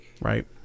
right